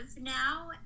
now